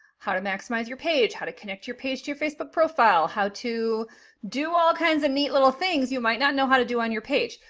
how to maximize your page, how to connect your page to your facebook profile, how to do all kinds of neat little things you might not know how to do on your page.